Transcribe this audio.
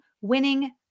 winning